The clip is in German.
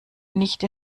nicht